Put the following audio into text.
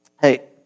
hey